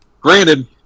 Granted